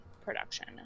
production